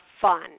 fun